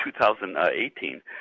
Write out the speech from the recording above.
2018